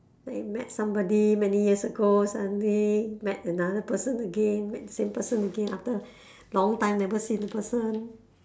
like you met somebody many years ago suddenly met another person again met the same person again after long time never seen the person